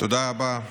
תודה רבה.